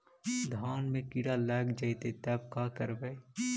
धान मे किड़ा लग जितै तब का करबइ?